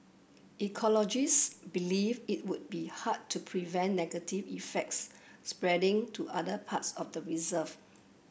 ecologists believe it would be hard to prevent negative effects spreading to other parts of the reserve